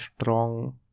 strong